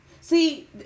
See